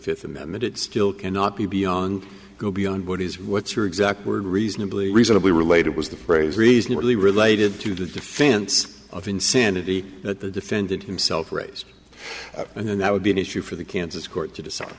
fifth amendment it still cannot be beyond go beyond what is what's your exact word reasonably reasonably related was the phrase reasonably related to the defense of insanity that the defendant himself raised and that would be an issue for the kansas court to d